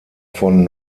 von